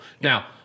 Now